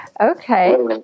Okay